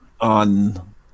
on